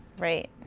Right